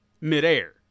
midair